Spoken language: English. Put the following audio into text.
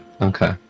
Okay